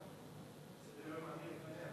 כמו חטיבת